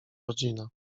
rodzina